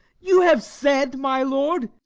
you have said, my lord